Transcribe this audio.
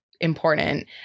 important